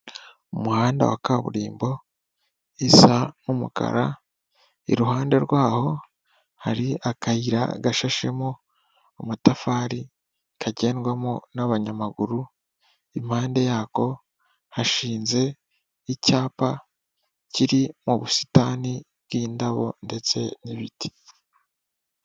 Umuhanda wa kaburimbo isa nk'umukara, iruhande rwaho hari akayira gashashemo amatafari, kagendwamo n'abanyamaguru, impande yako hashinze icyapa kiri mu busitani bw'indabo ndetse n'ibiti.